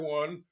one